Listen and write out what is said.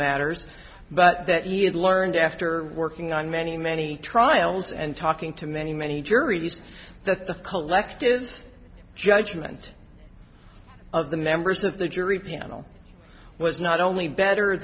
matters but that he had learned after working on many many trials and talking to many many juries that the collective judgment of the members of the jury panel was not only better